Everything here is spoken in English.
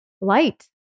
light